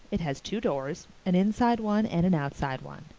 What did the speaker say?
it has two doors, an inside one and an outside one.